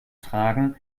tragen